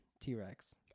T-Rex